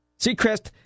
Seacrest